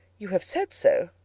you have said so,